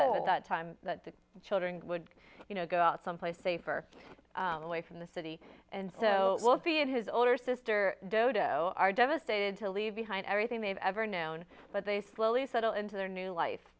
and the time that the children would you know go out someplace safer away from the city and so will be in his older sister dodo are devastated to leave behind everything they've ever known but they slowly settle into their new life